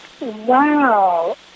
Wow